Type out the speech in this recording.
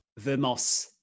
vermos